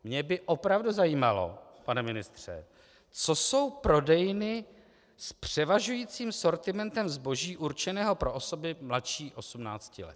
Mě by opravdu zajímalo, pane ministře, co jsou prodejny s převažujícím sortimentem zboží určeného pro osoby mladší 18 let.